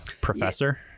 professor